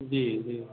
जी जी